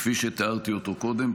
כפי שתיארתי אותו קודם.